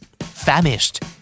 Famished